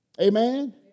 amen